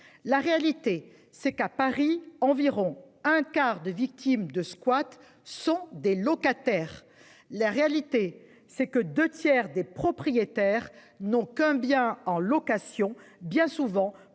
La réalité c'est qu'à Paris, environ un quart des victimes de squats sont des locataires. La réalité c'est que 2 tiers des propriétaires n'qu'un bien en location bien souvent